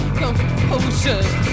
composure